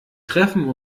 treffen